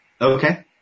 Okay